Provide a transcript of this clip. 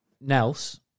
Nels